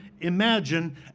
imagine